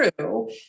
true